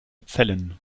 zellen